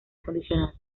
condicional